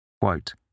Quote